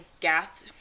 Gath